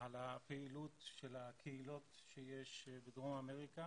על הפעילות של הקהילות שיש בדרום אמריקה